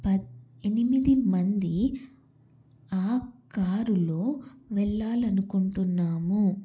ప ఎనిమిది మంది ఆ కారులో వెళ్ళాలనుకుంటున్నాము